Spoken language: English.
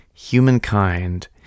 humankind